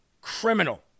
criminal